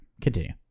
continue